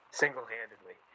single-handedly